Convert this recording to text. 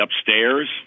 upstairs